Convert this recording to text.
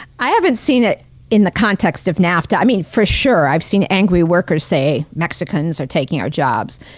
i haven't seen it in the context of nafta. i mean, for sure i've seen angry workers say mexicans are taking our jobs.